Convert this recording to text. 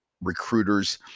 recruiters